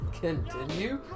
Continue